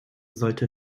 sollte